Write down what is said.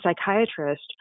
psychiatrist